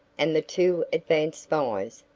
and the two advance spies,